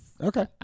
Okay